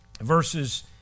verses